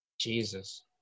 Jesus